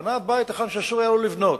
בנה בית היכן שאסור היה לו לבנות: